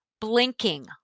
blinking